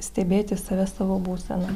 stebėti save savo būseną